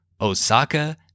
Osaka